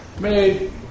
made